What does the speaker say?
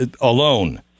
alone